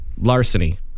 larceny